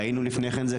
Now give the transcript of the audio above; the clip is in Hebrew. ראינו לפני כן,